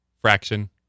fraction